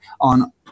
on